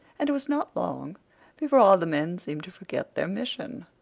and it was not long before all the men seemed to forget their mission.